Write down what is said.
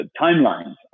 Timelines